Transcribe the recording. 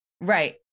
right